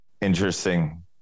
Interesting